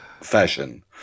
fashion